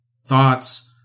thoughts